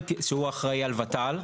שהוא אחראי על ות"ל,